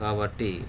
కాబట్టి